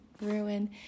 ruin